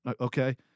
okay